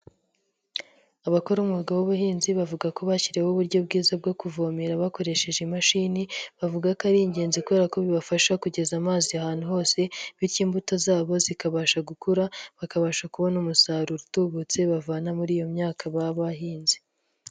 Abakora umwuga w'ubuhinzi bavuga ko bashyiriyeho uburyo bwiza bwo kuvomera bakoresheje imashini, bavuga ko ari ingenzi kubera ko bibafasha kugeza amazi ahantu hose, bityo imbuto zabo zikabasha gukura, bakabasha kubona umusaruro utubutse bavana muri iyo myaka baba bahinzi.